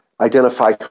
identify